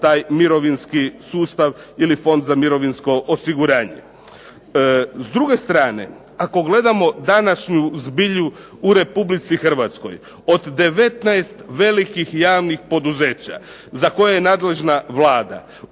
taj mirovinski sustav ili Fond za mirovinsko osiguranje. S druge strane, ako gledamo današnju zbilju u Republici Hrvatskoj, od 19 velikih javnih poduzeća, za koje je nadležna Vlada,